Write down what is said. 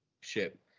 Ship